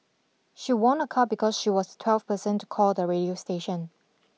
she won a car because she was twelfth person to call the radio station